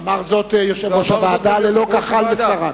אמר זאת יושב-ראש הוועדה, ללא כחל ושרק.